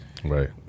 Right